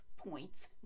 points